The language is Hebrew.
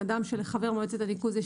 כתוב מפורשות שהחברות שלהם כמשקיפים לא מהווה